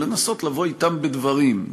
זה לנסות לבוא אתם בדברים.